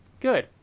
good